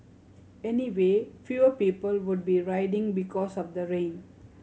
anyway fewer people would be riding because of the rain